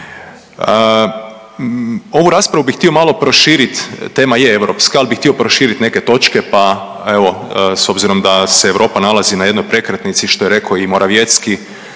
Ovu raspravu bih htio malo proširiti, tema je europska, ali bih htio proširiti neke točke pa evo, s obzirom da se Europa nalazi na jednoj prekretnici što je rekao i Morawiecki,